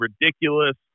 ridiculous